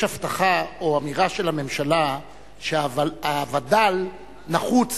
יש אמירה של הממשלה שהווד"ל נחוץ,